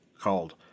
called